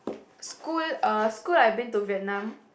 School uh school I've been to Vietnam